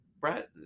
Brett